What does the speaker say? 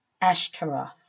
Ashtaroth